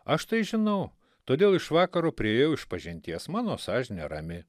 aš tai žinau todėl iš vakaro priėjau išpažinties mano sąžinė rami